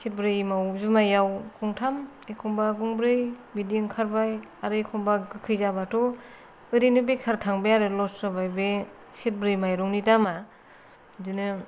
सेरब्रैयाव जुमायाव गंथाम एखमबा गंब्रै बिदि ओंखारबाय आरो एखमबा गोखै जाबाथ' ओरैनो बेखार थांबाय आरो ल'स जाबाय बे सेरब्रै माइरंनि दामा बिदिनो